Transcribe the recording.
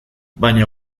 baina